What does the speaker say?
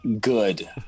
good